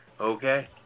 okay